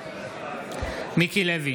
מיקי לוי,